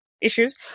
issues